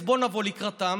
אז בוא נבוא לקראתם,